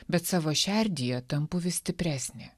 bet savo šerdyje tampu vis stipresnė